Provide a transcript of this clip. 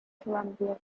columbia